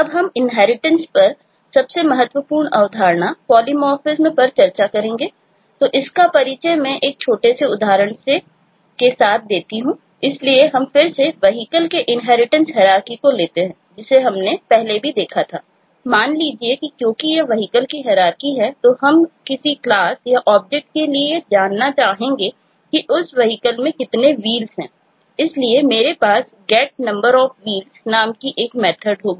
अब हम इनहेरिटेंस होगी